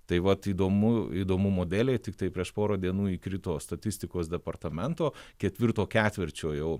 tai vat įdomu įdomumo dėlei tiktai prieš porą dienų įkrito statistikos departamento ketvirto ketvirčio jau